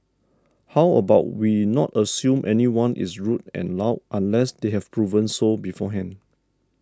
how about we not assume anyone is rude and loud unless they have proven so beforehand